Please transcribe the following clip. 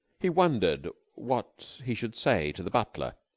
he wondered what he should say to the butler.